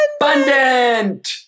abundant